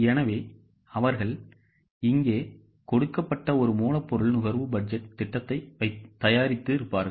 எனவே அவர்கள் இங்கே கொடுக்கப்பட்ட ஒரு மூலப்பொருள் நுகர்வு பட்ஜெட் திட்டத்தை தயாரித்திருப்பார்கள்